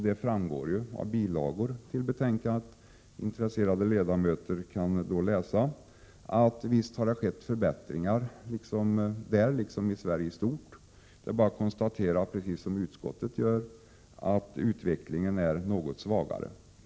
De framgår av bilagor till betänkandet, och intresserade ledamöter kan läsa att det har skett förbättringar här liksom i Sverige i stort. Det är bara att konstatera, vilket också utskottet gör, att utvecklingen är något svagare.